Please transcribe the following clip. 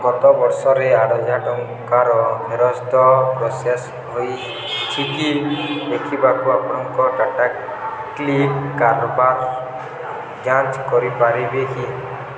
ଗତବର୍ଷରେ ଆଠ ହଜାର ଟଙ୍କାର ଫେରସ୍ତ ପ୍ରୋସେସ୍ ହୋଇଛିକି ଦେଖିବାକୁ ଆପଣ ଟାଟା କ୍ଲିକ୍ କାରବାର ଯାଞ୍ଚ କରିପାରିବେ କି